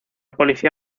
policía